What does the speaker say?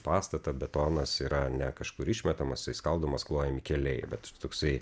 pastatą betonas yra ne kažkur išmetamas išskaldomas klojami keliai vat čia toksai